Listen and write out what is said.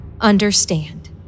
understand